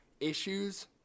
issues